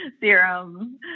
serum